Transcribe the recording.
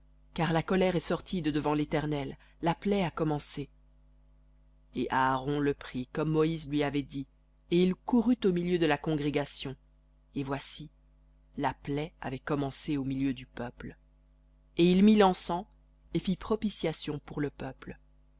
car la colère est sortie de devant l'éternel la plaie a commencé et aaron le prit comme moïse lui avait dit et il courut au milieu de la congrégation et voici la plaie avait commencé au milieu du peuple et il mit l'encens et fit propitiation pour le peuple